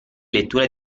lettura